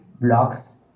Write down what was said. blocks